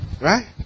Right